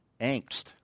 angst